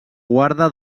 guarda